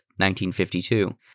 1952